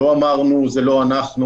לא אמרנו זה לא אנחנו,